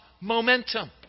momentum